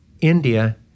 India